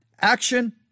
action